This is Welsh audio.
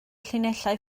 llinellau